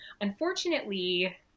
unfortunately